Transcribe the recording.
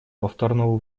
повторного